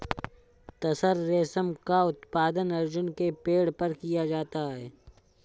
तसर रेशम का उत्पादन अर्जुन के पेड़ पर किया जाता है